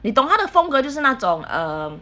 你懂他的风格就是那种 um